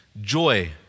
Joy